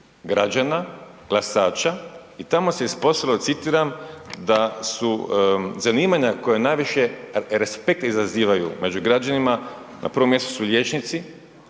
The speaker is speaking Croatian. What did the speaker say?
građana glasača i tamo se ispostavilo, citiram „da su zanimanja koja najviše respekt izazivaju među građanima na prvom mjestu su liječnici,